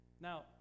Now